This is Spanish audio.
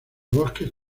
bosques